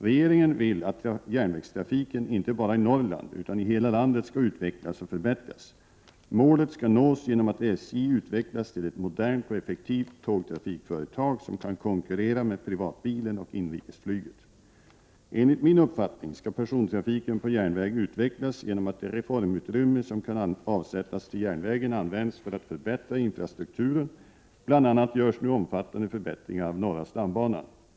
Regeringen vill att järnvägstrafiken inte bara i Norrland utan i hela landet skall utvecklas och förbättras. Målet skall nås genom att SJ utvecklas till ett modernt och effektivt tågtrafikföretag som kan konkurrera med privatbilen och inrikesflyget. Enligt min uppfattning skall persontrafiken på järnväg utvecklas genom att det reformutrymme som kan avsättas till järnvägen används för att förbättra infrastrukturen. Bl.a. görs nu omfattande förbättringar av norra stambanan.